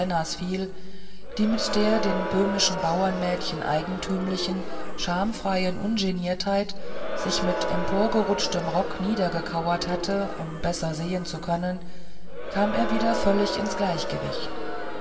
die mit der den böhmischen bauernmädchen eigentümlichen schamfreien ungeniertheit sich mit emporgerutschtem rock niedergekauert hatte um besser sehen zu können kam er wieder völlig ins gleichgewicht